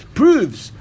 proves